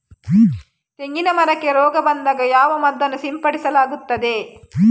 ತೆಂಗಿನ ಮರಕ್ಕೆ ರೋಗ ಬಂದಾಗ ಯಾವ ಮದ್ದನ್ನು ಸಿಂಪಡಿಸಲಾಗುತ್ತದೆ?